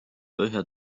põhja